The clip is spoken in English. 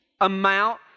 amount